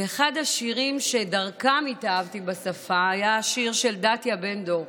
ואחד השירים שדרכם התאהבתי בשפה היה השיר של דתיה בן דור: